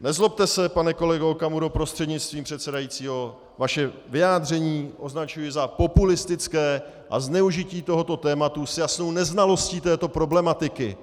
Nezlobte se, pane kolego Okamuro prostřednictvím předsedajícího, vaše vyjádření označuji za populistické a za zneužití tohoto tématu s jasnou neznalostí této problematiky.